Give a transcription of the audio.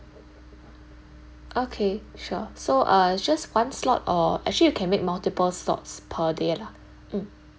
okay sure so uh just one slot or actually you can make multiple slots per day lah mm